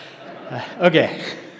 Okay